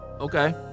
Okay